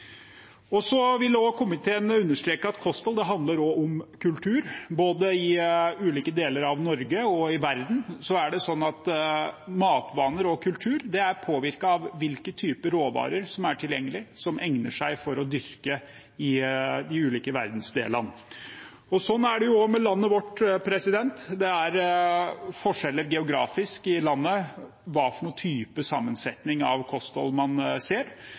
Komiteen vil understreke at kosthold også handler om kultur. Både i ulike deler av Norge og i verden er det slik at matvaner og matkultur er påvirket av hvilke typer råvarer som er tilgjengelige, og som egner seg for dyrking i de ulike verdensdelene. Slik er det også med landet vårt: Det er geografiske forskjeller i landet når det gjelder hvilken sammensetning man ser i kostholdet, men komiteen understreker også at ulike nyanser av kosthold